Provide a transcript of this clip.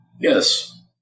Yes